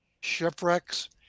shipwrecks